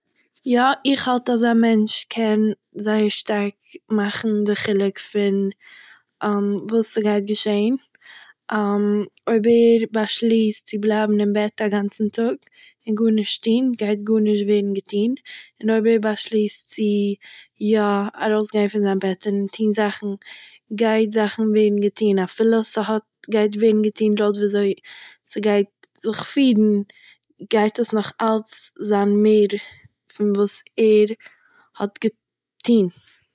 יא, איך האלט אז א מענטש קען זייער שטארק מאכן דער חילוק פון וואס ס'גייט געשען אויב ער באשליסט צו בלייבן אין בעט א גאנצן טאג און גארנישט טוהן, גייט גארנישט ווערן געטוהן, און אויב ער באשליסט יא צו ארויסגיין פון זיין בעט און טוהן זאכן - גייט זאכן ווערן געטוהן אפילו ס'האט- ס'גייט ווערן געטוהן לויט ווי ס'גייט זיך פירן, גייט עס נאך אלץ זיין מער פון וואס ער האט געטוהן